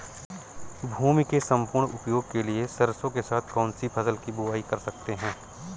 भूमि के सम्पूर्ण उपयोग के लिए सरसो के साथ कौन सी फसल की बुआई कर सकते हैं?